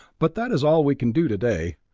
but that is all we can do today.